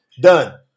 done